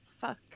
fuck